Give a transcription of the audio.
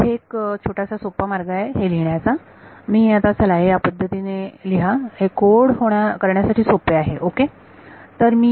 तर इथे एक छोटासा सोपा मार्ग आहे हे लिहिण्याचा मी आता चला हे या पद्धतीने लिहा हे कोड करण्यासाठी सोपे आहे ओके